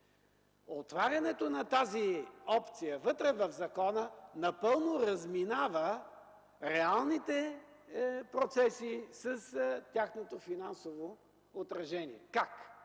Отварянето на тази опция вътре в закона напълно разминава реалните процеси с тяхното финансово отражение. Как?